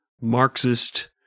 Marxist